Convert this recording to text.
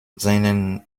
seinen